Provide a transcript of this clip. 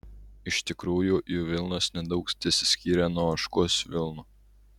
iš tikrųjų jų vilnos nedaug tesiskyrė nuo ožkos vilnų